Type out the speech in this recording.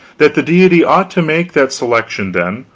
that the deity ought to make that selection, then,